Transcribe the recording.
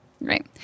Right